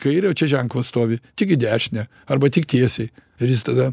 kairę o čia ženklas stovi tik į dešinę arba tik tiesiai ir jis tada